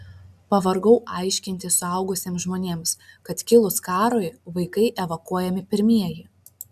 pavargau aiškinti suaugusiems žmonėms kad kilus karui vaikai evakuojami pirmieji